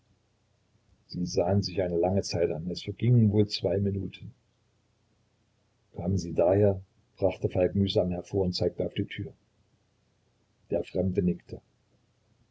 sie sahen sich eine lange zeit an es vergingen wohl zwei minuten kamen sie daher brachte falk mühsam hervor und zeigte auf die tür der fremde nickte